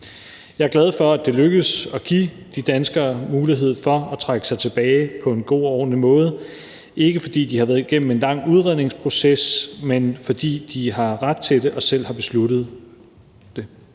Jeg er glad for, at det lykkedes at give de danskere mulighed for at trække sig tilbage på en god og ordentlig måde – ikke fordi de har været igennem en lang udredningsproces, men fordi de har ret til det og selv har besluttet det.